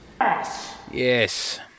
Yes